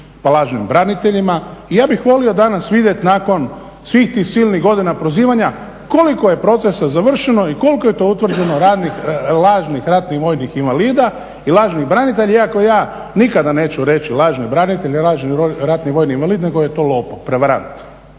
pa lažnim braniteljima i ja bih volio danas vidjet nakon svih tih silnih godina prozivanja koliko je procesa završeno i koliko je to utvrđeno lažnih ratnih vojnih invalida i lažnih branitelja, iako ja nikada neću reći lažni branitelji, lažni ratni vojni invalid nego je to lopov, prevarant.